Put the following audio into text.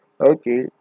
okay